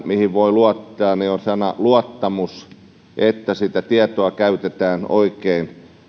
mihin voi luottaa on sellainen luottamus siihen että sitä tietoa käytetään oikein